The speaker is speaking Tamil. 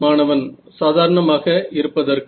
மாணவன் சாதாரணமாக இருப்பதற்கு